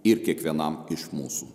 ir kiekvienam iš mūsų